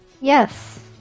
Yes